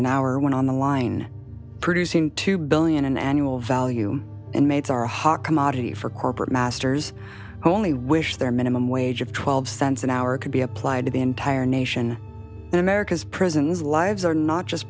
an hour when on the line producing two billion an annual value and maids are a hot commodity for corporate masters who only wish their minimum wage of twelve cents an hour could be applied to the entire nation and america's prisons lives are not just